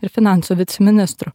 ir finansų viceministru